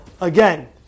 again